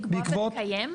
לקבוע ולקיים?